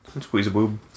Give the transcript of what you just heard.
Squeeze-a-boob